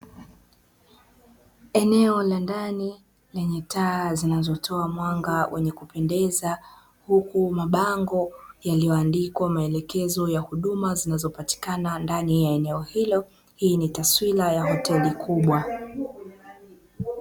Eneo la ndani lenye taa zinazotoa mwanga wa kupendeza, huku mabango yaliyoandikwa maelekezo ya huduma zinazopatikana ndani ya eneo hilo; hii ni taswira ya hoteli kubwa.